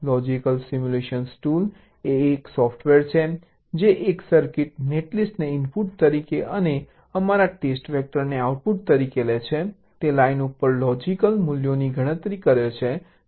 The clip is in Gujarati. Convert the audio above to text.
લોજિક સિમ્યુલેશન ટૂલ એ સોફ્ટવેર છે જે એક સર્કિટ નેટલિસ્ટને ઇનપુટ તરીકે અને અમારા ટેસ્ટ વેક્ટરને આઉટપુટ તરીકે લે છે તે લાઇન ઉપર લોજિક મૂલ્યોની ગણતરી કરશે